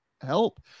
help